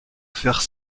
faire